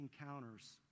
encounters